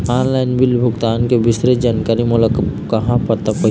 Online bill भुगतान के विस्तृत जानकारी मोला कैसे पाहां होही?